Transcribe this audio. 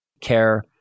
care